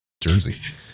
jersey